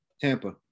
Tampa